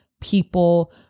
people